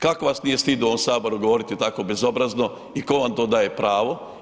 Kako vas nije stid u ovom Saboru govoriti tako bezobrazno i tko vam to daje pravo?